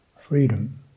freedom